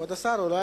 אדוני